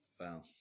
Wow